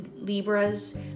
Libras